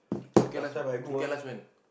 through care last through care last when